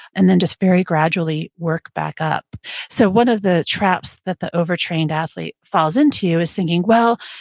and then just very gradually work back up so one of the traps that the overtrained athlete falls into is thinking, well,